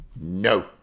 No